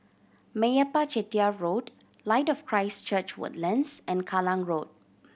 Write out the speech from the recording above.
Meyappa Chettiar Road Light of Christ Church Woodlands and Kallang Road